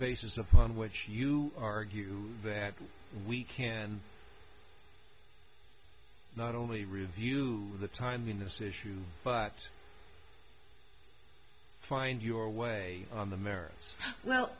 basis of which you argue that we can not only review the time in this issue but find your way on the merits well